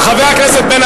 חבר הכנסת אורי